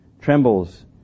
trembles